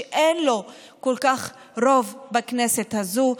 שאין לו כל כך רוב בכנסת הזאת.